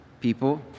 people